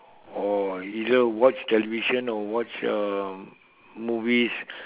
or either watch television or watch um movies